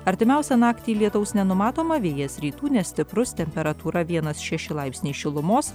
artimiausią naktį lietaus nenumatoma vėjas rytų nestiprus temperatūra vienas šeši laipsniai šilumos